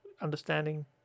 understanding